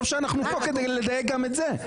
טוב שאנחנו פה כדי לדייק גם את זה.